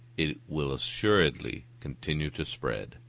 it will assuredly continue to spread.